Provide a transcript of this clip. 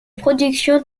productions